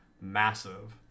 massive